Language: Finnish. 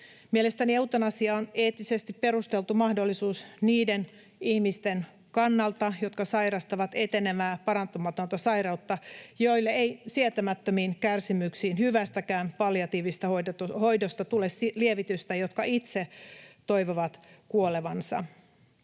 Mielestäni eutanasia on eettisesti perusteltu mahdollisuus niiden ihmisten kannalta, jotka sairastavat etenevää parantumatonta sairautta, joille ei sietämättömiin kärsimyksiin hyvästäkään palliatiivisesta hoidosta tule lievitystä ja jotka itse toivovat kuolevansa.